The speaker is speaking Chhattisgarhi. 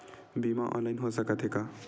बीमा ऑनलाइन हो सकत हे का?